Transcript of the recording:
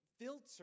filter